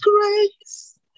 grace